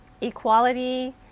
equality